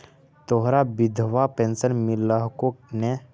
तोहरा विधवा पेन्शन मिलहको ने?